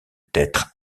d’être